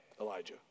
Elijah